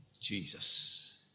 Jesus